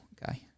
guy